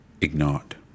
ignored